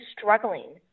struggling